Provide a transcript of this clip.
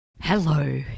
Hello